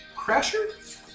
Crasher